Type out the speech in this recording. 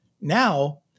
now